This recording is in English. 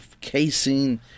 casing